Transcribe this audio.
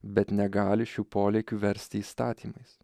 bet negali šių polėkių versti įstatymais